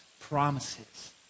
promises